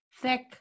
thick